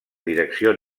direcció